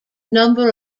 number